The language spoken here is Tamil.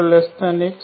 1